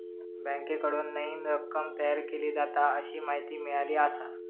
बँकेकडून नईन रक्कम तयार केली जाता, अशी माहिती मिळाली आसा